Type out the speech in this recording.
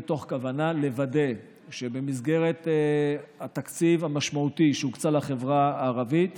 מתוך כוונה לוודא שבמסגרת התקציב המשמעותי שהוקצה לחברה הערבית